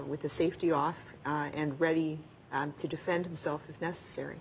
with the safety off and ready to defend himself if necessary